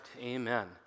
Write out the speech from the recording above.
Amen